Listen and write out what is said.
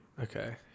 Okay